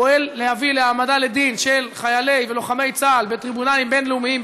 פועל להביא להעמדה לדין של חיילי ולוחמי צה"ל בטריבונלים בין-לאומיים,